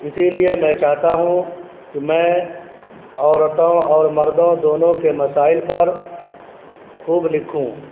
اسی لیے میں چاہتا ہوں کہ میں عورتوں اور مردوں دونوں کے مسائل پر خوب لکھوں